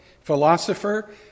philosopher